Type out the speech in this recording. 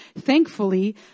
thankfully